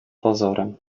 pozorem